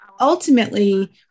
ultimately